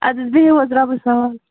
ادٕ حظ بیٚہو حظ رۄبس حوال